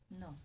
No